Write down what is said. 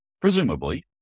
presumably